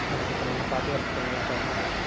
நடந்துக்கிறாங்க பாதுகாப்பு குறைவாக தான் இருக்குது